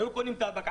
אנשים היו קונים טבק,